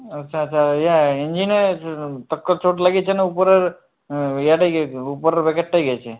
আচ্ছা আচ্ছা ইঞ্জিনের পাক্কা চোট লেগেছে না উপরের ইয়েটাই গেছে উপরের বেকেটটাই গেছে